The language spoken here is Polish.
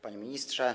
Panie Ministrze!